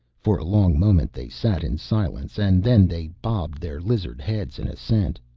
for a long moment they sat in silence and then they bobbed their lizard heads in assent.